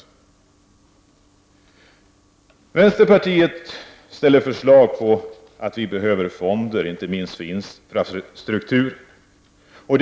Vänsterpartiet ställer förslag om fonder, inte minst för infrastrukturen.